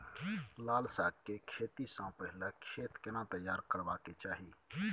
लाल साग के खेती स पहिले खेत केना तैयार करबा के चाही?